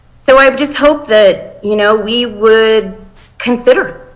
so i um just hope that you know we would consider.